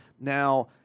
Now